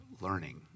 learning